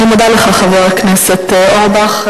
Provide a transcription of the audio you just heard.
אני מודה לך, חבר הכנסת אורבך.